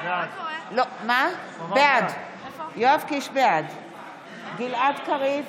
בעד גלעד קריב,